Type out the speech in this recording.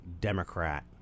democrat